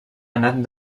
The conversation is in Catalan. anat